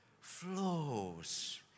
flows